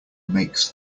makes